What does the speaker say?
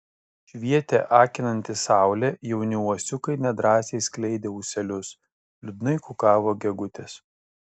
švietė akinanti saulė jauni uosiukai nedrąsiai skleidė ūselius liūdnai kukavo gegutės